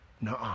No